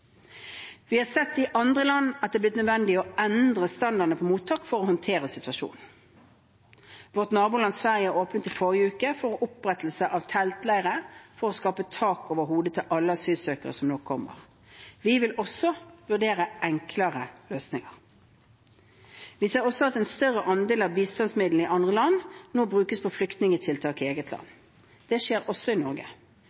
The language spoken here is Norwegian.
Vi har sett i andre land at det har blitt nødvendig å endre standarden på mottak for å håndtere situasjonen. Vårt naboland Sverige åpnet i forrige uke for opprettelse av teltleirer for å skaffe tak over hodet til alle asylsøkerne som nå kommer. Vi vil også vurdere enklere løsninger. Vi ser også at en større andel av bistandsmidlene i andre land nå brukes på flyktningtiltak i eget land. Det skjer også i Norge.